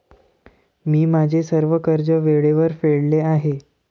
मी माझे सर्व कर्ज वेळेवर फेडले आहे